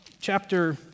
chapter